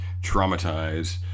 traumatized